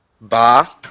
Ba